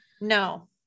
no